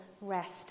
rest